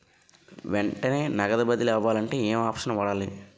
వెంటనే నగదు బదిలీ అవ్వాలంటే ఏంటి ఆప్షన్ వాడాలి?